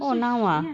oh now ah